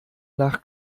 nach